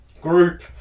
group